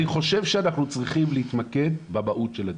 אני חושב שאנחנו צריכים להתמקד במהות הדיון.